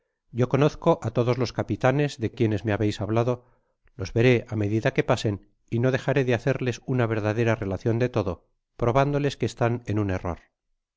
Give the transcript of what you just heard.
yo conozco á todos los capitanes de quiene me habeis hablado los veré á medida que pasen y no dejaré de hacerles una verdadera relacion de todo probándoles que estan en un error